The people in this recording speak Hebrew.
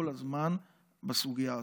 כל הזמן בסוגיה הזאת,